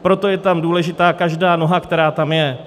Proto je tam důležitá každá noha, která tam je.